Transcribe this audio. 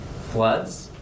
Floods